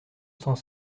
cent